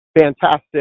Fantastic